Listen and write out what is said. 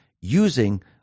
using